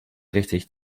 richtig